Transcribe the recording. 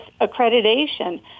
accreditation